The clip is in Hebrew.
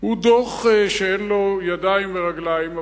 הוא דוח שאין לו ידיים ורגליים,